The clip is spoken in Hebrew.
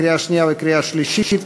לקריאה שנייה וקריאה שלישית.